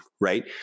right